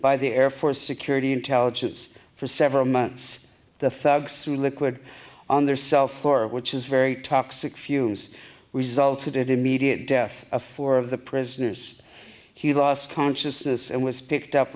by the air force security intelligence for several months the thugs who liquid on their cell floor which is very toxic fumes resulted immediate death of four of the prisoners he lost consciousness and was picked up